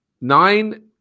Nine